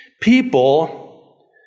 people